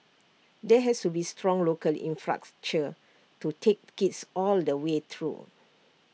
there has to be A strong local infrastructure to take kids all the way through